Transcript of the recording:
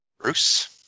Bruce